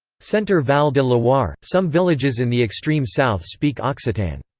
centre-val de loire some villages in the extreme south speak occitan.